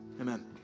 Amen